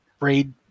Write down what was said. raid